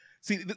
See